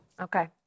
Okay